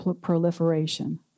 proliferation